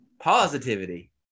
Positivity